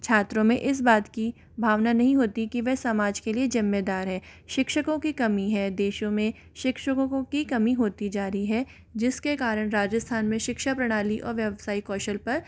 छात्रों में इस बात की भावना नहीं होती कि वह समाज के लिए जिम्मेदार है शिक्षकों की कमी है देशों में शिक्षकों की कमी होती जा रही है जिसके कारण राजस्थान में शिक्षा प्रणाली और व्यावसायिक कौशल पर